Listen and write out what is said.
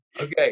Okay